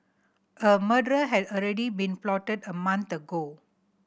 a murder had already been plotted a month ago